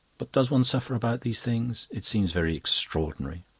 but does one suffer about these things? it seems very extraordinary.